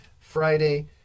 Friday